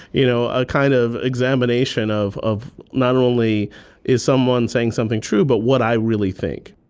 you know, a kind of examination of of not only is someone saying something true, but what i really think.